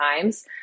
times